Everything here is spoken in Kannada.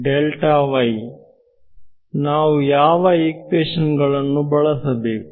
ಡೆಲ್ಟಾ y ನಾವು ಯಾವ ಈಕ್ವೇಶನ್ ಗಳನ್ನು ಬಳಸಬೇಕು